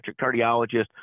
cardiologist